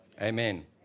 Amen